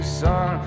son